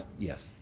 yes.